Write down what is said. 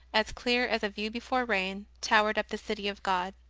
as clear as a view before rain, towered up the city of god.